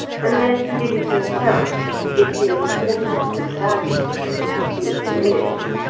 unless he did it himself its importance and value to him would have been diminished.